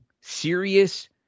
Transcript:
Serious